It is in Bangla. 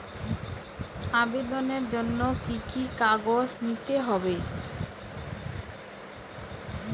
আবেদনের জন্য কি কি কাগজ নিতে হবে?